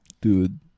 Dude